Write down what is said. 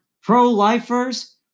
pro-lifers